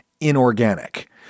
inorganic